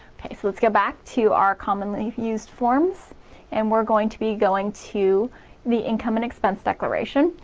okay, so let's go back to our commonly used forms and we're going to be going to the income and expense declaration,